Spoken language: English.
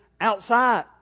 outside